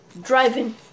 Driving